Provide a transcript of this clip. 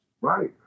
Right